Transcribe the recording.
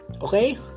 Okay